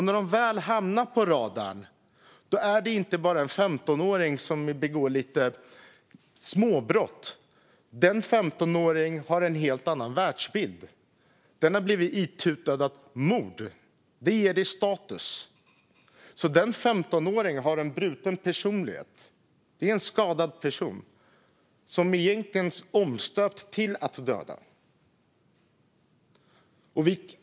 När de väl hamnar på radarn är det inte fråga om en 15åring som begår småbrott. Den 15-åringen har en helt annan världsbild. Den 15åringen har blivit itutad att mord ger status. Den 15-åringen har en bruten personlighet - är en skadad person - omstöpt till att döda.